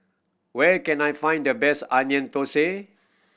where can I find the best Onion Thosai